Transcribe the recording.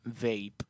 vape